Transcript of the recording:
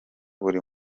buri